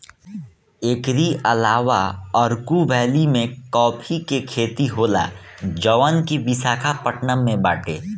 एकरी अलावा अरकू वैली में काफी के खेती होला जवन की विशाखापट्टनम में बाटे